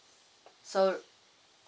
so